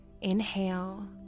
inhale